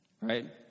right